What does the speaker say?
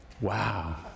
Wow